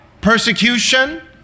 persecution